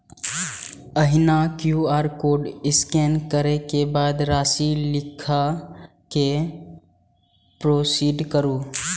एहिना QR code scan करै के बाद राशि लिख कें प्रोसीड करू